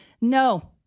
no